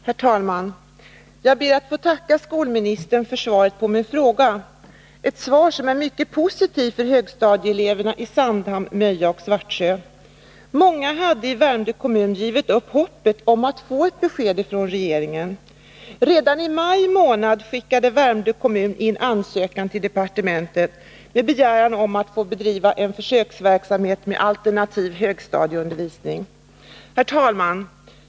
Herr talman! Jag ber att få tacka skolministern för svaret på min fråga. Det är ett svar som är mycket positivt för högstadieeleverna i Sandhamn, Möja och Svartsö. Många i Värmdö kommun har givit upp hoppet om att få ett besked från regeringen. Redan i maj månad skickade Värmdö kommun in en ansökan till departementet med begäran att få bedriva försöksverksamhet med alternativ högstadieundervisning. Herr talman!